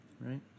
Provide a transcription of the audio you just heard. right